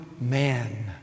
man